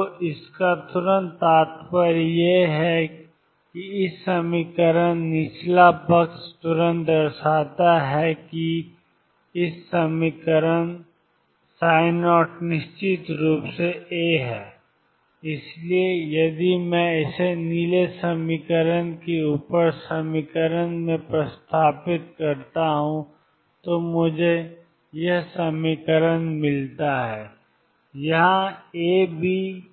तो इसका तुरंत तात्पर्य यह है कि 0 A2mE 2 निचला पक्ष तुरंत दर्शाता है कि 0 A2mE2 और ψ निश्चित रूप से A है इसलिए यदि मैं इसे नीले समीकरण के ऊपर समीकरण में प्रतिस्थापित करता हूं तो मुझे 22m 2mE2AV0A मिलता है यह A भी यहाँ